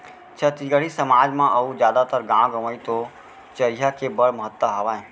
छत्तीसगढ़ी समाज म अउ जादातर गॉंव गँवई तो चरिहा के बड़ महत्ता हावय